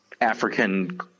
African